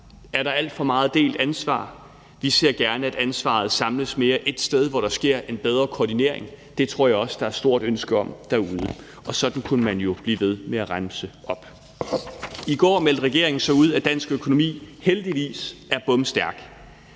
Er der alt for meget delt ansvar? Vi ser gerne, at ansvaret mere samles ét sted, hvor der sker en bedre koordinering. Det tror jeg også der er et stort ønske om derude. Og sådan kunne man jo blive ved med at remse op. I går meldte regeringen så ud, at dansk økonomi heldigvis er bomstærk.